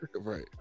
right